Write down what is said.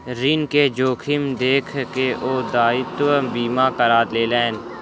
ऋण के जोखिम देख के ओ दायित्व बीमा करा लेलैन